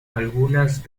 algunas